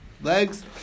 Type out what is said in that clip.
legs